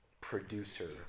producer